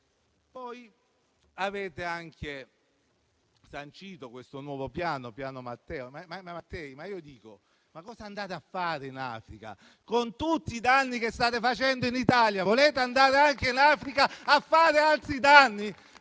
Avete anche sancito il nuovo Piano Mattei. Ma cosa andate a fare in Africa? Con tutti i danni che state facendo in Italia, volete andare anche in Africa a farne altri?